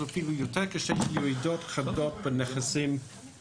אפילו יותר כשיהיו ירידות חדות בנכסים.